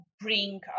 bring